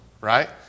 Right